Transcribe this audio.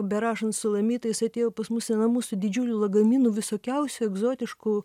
berašant sulamitą jis atėjo pas mus į namus su didžiuliu lagaminu visokiausių egzotiškų